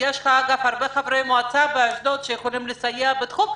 ויש לך אגב הרבה חברי מועצה באשדוד שיכולים לסייע בתחום,